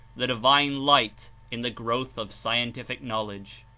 the divine light, in the growth of scientific knowledge.